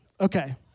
Okay